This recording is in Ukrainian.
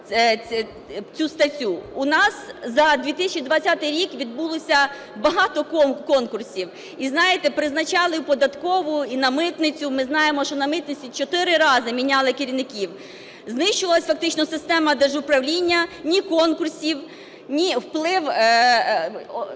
цю статтю. У нас за 2020 рік відбулося багато конкурсів і, знаєте, призначали в податкову і на митницю. Ми знаємо, що на митниці 4 рази міняли керівників, знищувалася фактично система держуправління, ні конкурсів, вплив